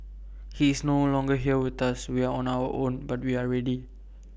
he is no longer here with us we are on our own but we are ready